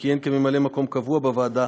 שכיהן כממלא מקום קבוע בוועדה,